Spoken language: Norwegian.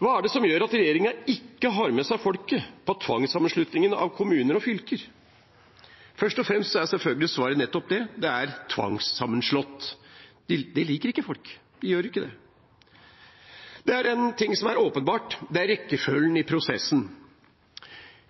Hva er det som gjør at regjeringen ikke har med seg folket på tvangssammenslåingen av kommuner og fylker? Først og fremst er svaret selvfølgelig nettopp det: De er tvangssammenslått. Det liker ikke folk. De gjør ikke det. Det er én ting som er åpenbart, og det er rekkefølgen i prosessen.